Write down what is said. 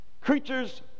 creatures